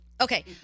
Okay